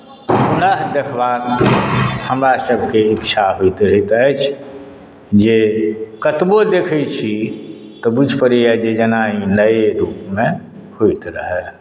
पुनः देखबाक हमरासभकेँ इच्छा होइत रहैत अछि जे कतबो देखैत छी तऽ बुझि पड़ैए जेना ई नए रूपमे होइत रहए